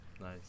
Nice